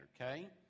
okay